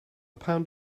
pound